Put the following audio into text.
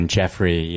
Jeffrey